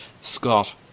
Scott